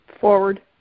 Forward